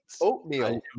Oatmeal